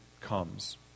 comes